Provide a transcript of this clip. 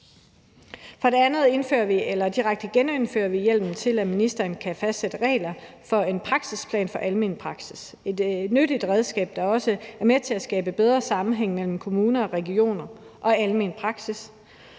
direkte genindfører vi hjemmel til, at ministeren kan fastsætte regler for en praksisplan for almen praksis – et nyttigt redskab, der også er med til at skabe bedre sammenhæng mellem kommuner og regioner og almen praksis.